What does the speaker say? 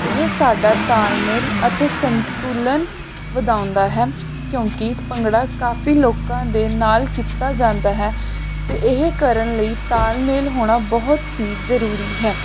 ਇਹ ਸਾਡਾ ਤਾਲਮੇਲ ਅਤੇ ਸੰਤੁਲਨ ਵਧਾਉਂਦਾ ਹੈ ਕਿਉਂਕਿ ਭੰਗੜਾ ਕਾਫ਼ੀ ਲੋਕਾਂ ਦੇ ਨਾਲ ਕੀਤਾ ਜਾਂਦਾ ਹੈ ਅਤੇ ਇਹ ਕਰਨ ਲਈ ਤਾਲਮੇਲ ਹੋਣਾ ਬਹੁਤ ਹੀ ਜ਼ਰੂਰੀ ਹੈ